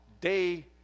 day